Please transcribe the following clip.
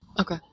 okay